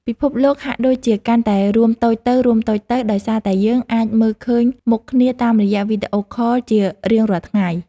ពិភពលោកហាក់ដូចជាកាន់តែរួមតូចទៅៗដោយសារតែយើងអាចមើលឃើញមុខគ្នាតាមរយៈវីដេអូខលជារៀងរាល់ថ្ងៃ។